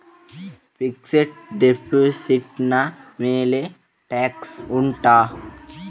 fixed deposit ನ ಮೇಲೆ tax ಉಂಟಾ